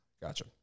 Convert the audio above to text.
Gotcha